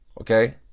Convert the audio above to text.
Okay